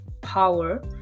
power